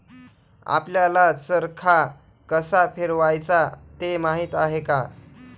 आपल्याला चरखा कसा फिरवायचा ते माहित आहे का?